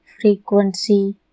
Frequency